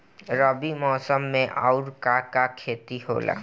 रबी मौसम में आऊर का का के खेती होला?